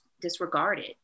disregarded